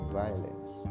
violence